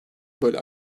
böyle